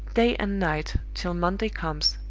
day and night, till monday comes,